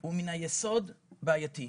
הוא מן היסוד בעייתי.